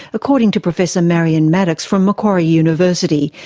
according to professor marion maddox from macquarie university,